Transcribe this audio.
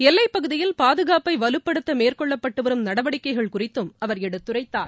எல்லைப் பகுதியில் பாதுகாப்பை வலுப்படுத்த மேற்கொள்ளப்பட்டு வரும் நடவடிக்கைகள் குறித்தும் அவர் எடுத்துரைத்தார்